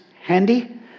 handy